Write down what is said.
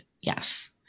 Yes